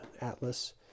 atlas